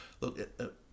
look